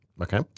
okay